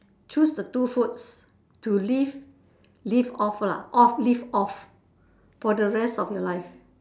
choose the two foods to leave leave off lah off leave off for the rest of your life